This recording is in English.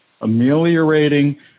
ameliorating